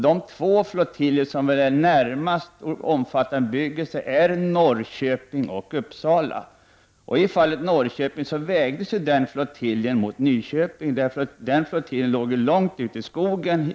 De två flottiljer som väl är belägna närmast omfattande bebyggelse är flottiljerna vid Norrköping och Uppsala. I fallet Norrköping vägdes ju den flottiljen mot Nyköpings flottilj, som låg långt ut i skogen.